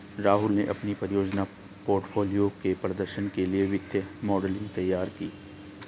राहुल ने अपनी परियोजना के पोर्टफोलियो के प्रदर्शन के लिए वित्तीय मॉडलिंग तैयार की